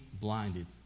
blinded